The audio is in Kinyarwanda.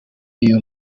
iyo